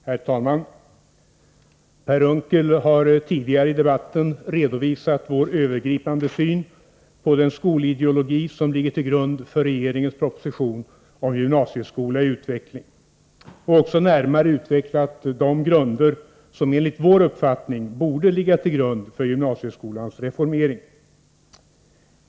Herr talman! Per Unckel har tidigare i debatten redovisat vår övergripande syn på den skolideologi som ligger till grund för regeringens proposition om gymnasieskola i utveckling och också närmare utvecklat vad som enligt vår uppfattning borde ligga till grund för gymnasieskolans reformering.